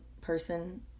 person